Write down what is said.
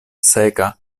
seka